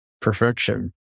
perfection